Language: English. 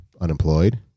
unemployed